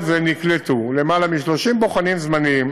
נקלטו יותר מ-30 בוחנים זמניים